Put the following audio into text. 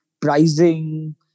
pricing